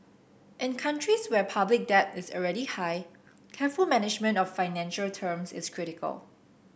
in countries where public debt is already high careful management of financing terms is critical